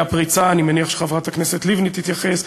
ואני מניח שחברת הכנסת לבני תתייחס,